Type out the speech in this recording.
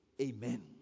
Amen